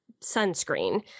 sunscreen